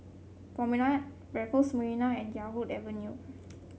Promenade Raffles Marina and Yarwood Avenue